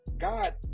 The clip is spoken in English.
God